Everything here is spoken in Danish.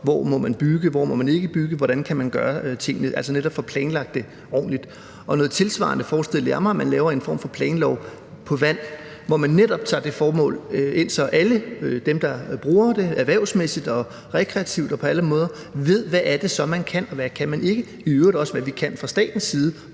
hvor man må bygge, hvor man ikke må bygge, og hvordan man kan gøre tingene – altså netop for at få planlagt det ordentligt. Og noget tilsvarende forestillede jeg mig, i forhold til at man laver en form for planlov på vand, hvor man netop tager det formål ind, så alle dem, der bruger det erhvervsmæssigt, rekreativt og på alle måder, ved, hvad det så er, man kan, og hvad man ikke kan – i øvrigt også hvad vi kan fra statens side,